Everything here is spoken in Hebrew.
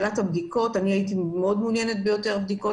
אני הייתי מאוד מעוניינת בעוד בדיקות,